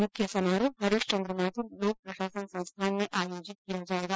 मुख्य समारोह हरीशचन्द्र माथुर लोकप्रशासन संस्थान में आयोजित किया जायेगा